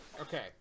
Okay